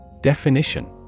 Definition